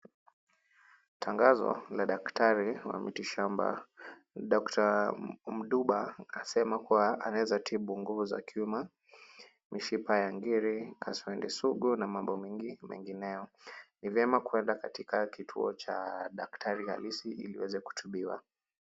Tangazo la daktari wa miti shamba, Doctor Munduba anasema kuwa anaweza tibu nguvu za kiume, mishipa ya ngiri, kaswede sugu na mambo mengi mengineyo. Ni vyema kwenda katika kituo cha daktari halisi ili uweze kutibiwa.